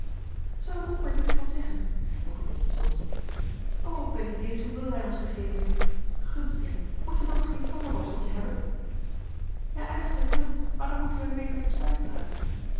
zou rob er niets van zeggen vroeg jetje soms rob weet niet eens hoeveel hij ons gegeven heeft gunst jet moet je nog geen tanden borsteltje hebben ja eigenlijk wel maar dan moeten we weer naar de